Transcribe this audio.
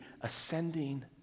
ascending